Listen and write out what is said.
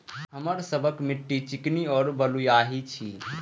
हमर सबक मिट्टी चिकनी और बलुयाही छी?